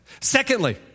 Secondly